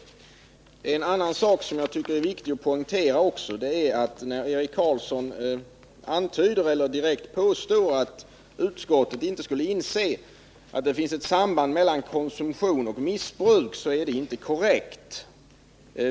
Jag tycker också det är viktigt att poängtera att när Eric Carlsson direkt påstår att utskottet inte skulle inse att det finns ett samband mellan konsumtion och missbruk, så är det inte korrekt.